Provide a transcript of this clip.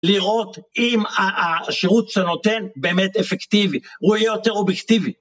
לראות אם השירות שנותן באמת אפקטיבי, הוא יהיה יותר אובייקטיבי.